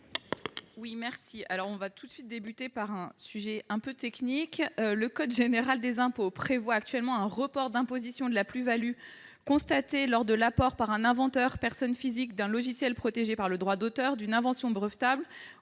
Lavarde. Nous commençons là par un sujet un peu technique. Le code général des impôts prévoit un report d'imposition de la plus-value constatée lors de l'apport par un inventeur personne physique d'un logiciel protégé par le droit d'auteur, d'une invention brevetable